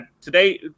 Today